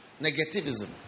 Negativism